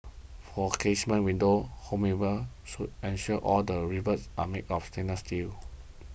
for casement windows homeowners should ensure all that rivets are made of stainless steel